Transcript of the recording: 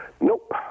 Nope